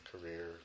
career